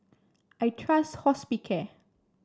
I trust Hospicare